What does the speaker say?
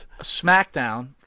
SmackDown